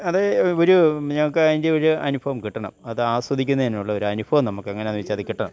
അത് ഒരു ഞങ്ങൾക്ക് അതിൻ്റെ ഒരു അനുഭവം കിട്ടണം അത് ആസ്വദിക്കുന്നതിനുള്ള ഒരു അനുഭവം നമുക്ക് എങ്ങനെയാണെന്ന് വെച്ചാൽ അത് കിട്ടണം